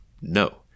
No